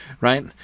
right